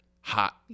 hot